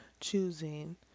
choosing